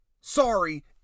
Sorry